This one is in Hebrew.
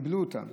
קיבלו אותן.